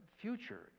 future